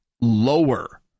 lower